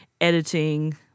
editing